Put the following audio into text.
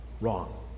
Wrong